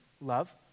love